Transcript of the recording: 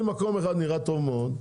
אם מקום אחד נראה טוב מאוד,